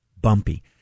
Bumpy